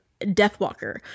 Deathwalker